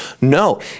No